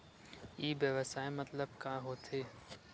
ई व्यवसाय मतलब का होथे?